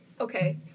okay